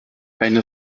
eine